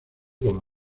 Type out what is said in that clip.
como